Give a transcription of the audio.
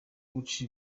guca